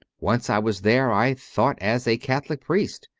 once i was there, i thought, as a catholic priest,